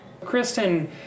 Kristen